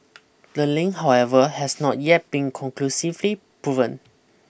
the link however has not yet been conclusively proven